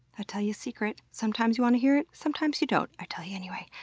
ah tell you a secret. sometimes you want to hear it, sometimes you don't. i tell you anyway.